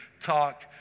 talk